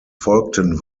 folgten